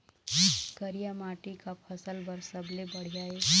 करिया माटी का फसल बर सबले बढ़िया ये?